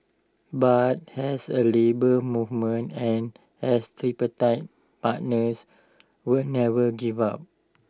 but as A Labour Movement and as tripartite partners we never give up